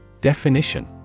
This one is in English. Definition